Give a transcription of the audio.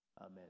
Amen